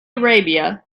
arabia